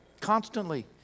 constantly